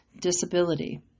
disability